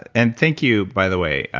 and thank you, by the way.